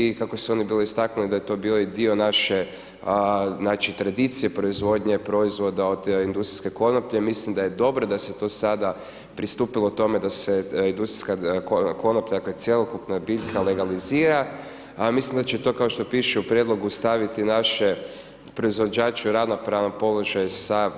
I kako su oni bili istaknuli da je to bio i dio naše znači tradicije, proizvodnje proizvoda od industrijske konoplje, mislim da je dobro da se tu sada pristupilo tome da se industrijska konoplja, dakle cjelokupna biljka legalizira a mislim da će to kao što piše u prijedlogu staviti naše proizvođače u ravnopravan položaj sa